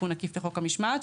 עקיף לחוק המשמעת,